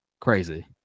Crazy